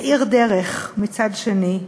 מאיר דרך, מצד שני,